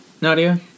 Nadia